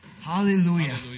Hallelujah